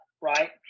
right